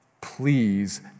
Please